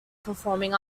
performing